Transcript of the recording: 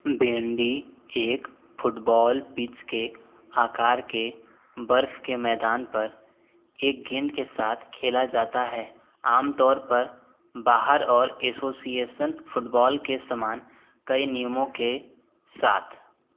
बेंडी एक football pitch के आकार के बर्फ के मैदान पर एक गेंद के साथ खेला जाता है आमतौर पर बाहर और एसोसिएशन फुटबॉल के समान कई नियमों के साथ